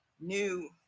new